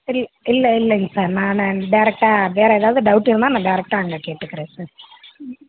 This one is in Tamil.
சரி இல்லை இல்லைங்க சார் நான் டேரெக்டாக வேறு ஏதாவது டவுட் இருந்தால் நான் டேரெக்டாக அங்கே கேட்டுக்கிறேன் சார் ம்